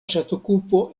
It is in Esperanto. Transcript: ŝatokupo